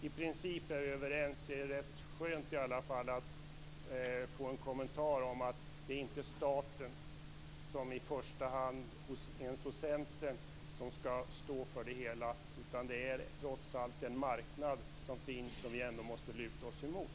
I princip är vi alltså överens. Det är i alla fall rätt skönt att få en kommentar om att det inte ens hos Centern i första hand är staten som skall stå för det hela. Det är ju trots allt den marknad som finns som vi måste luta oss emot.